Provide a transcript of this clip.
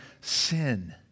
sin